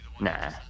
Nah